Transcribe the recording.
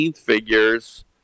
figures